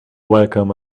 welcome